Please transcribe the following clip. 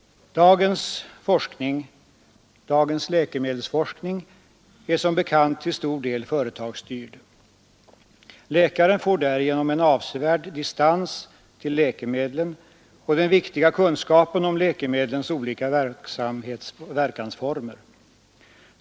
Dagens läkemedelsforskning är som bekant till stor del företagsstyrd. Läkaren får därigenom en avsevärd distans till läkemedlen och den viktiga kunskapen om läkemedlens olika verkansformer.